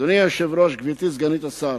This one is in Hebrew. אדוני היושב-ראש, גברתי סגנית השר,